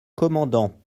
commandant